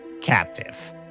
captive